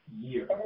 year